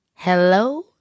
Hello